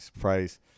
Price